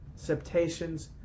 septations